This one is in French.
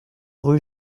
rue